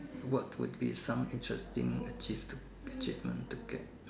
what would be some interesting achieved achievement to get